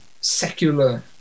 secular